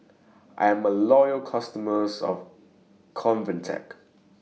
I'm A Loyal customer of Convatec